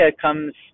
comes